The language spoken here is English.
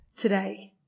today